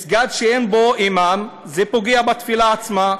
מסגד שאין בו אימאם, זה פוגע בתפילה עצמה,